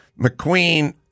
McQueen